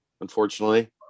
unfortunately